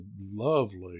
lovely